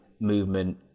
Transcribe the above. movement